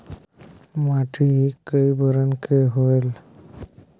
माटी कई बरन के होयल?